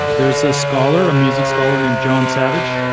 there's a scholar a music scholar named john savage.